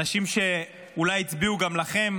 אנשים שאולי גם הצביעו לכם,